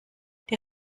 die